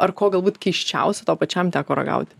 ar ko galbūt keisčiausia tau pačiam teko ragauti